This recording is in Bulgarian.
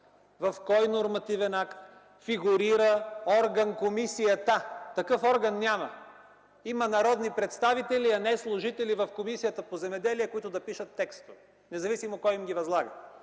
в кой нормативен акт фигурира орган „комисията”? Такъв орган няма. Има народни представители, а не служители в Комисията по земеделието и горите, които да пишат текста, независимо кой им го възлага.